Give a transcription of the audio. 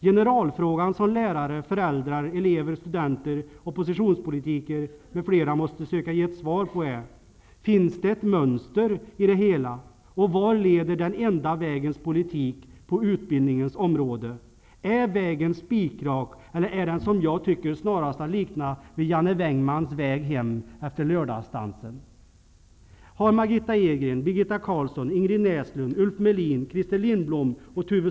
Generalfrågan som lärare, föräldrar, elever, studenter, oppositionspolitiker m.fl. måste söka ge ett svar på är: Finns det ett mönster i det hela, och vart leder den enda vägens politik på utbildningens område? Är vägen spikrak, eller är den, som jag tycker, snarast att likna vid Janne Vängmans väg hem efter lördagsdansen?